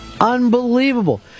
Unbelievable